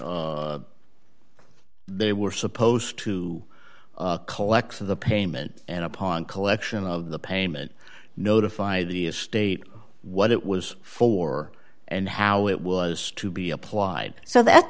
all they were supposed to collect the payment and upon collection of the payment notify the estate what it was for and how it was to be applied so that